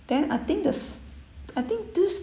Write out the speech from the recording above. then I think the s~ I think this